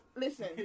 Listen